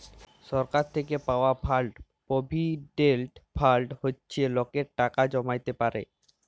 সরকার থ্যাইকে পাউয়া fund provident fund হছে লকেরা টাকা জ্যমাইতে পারে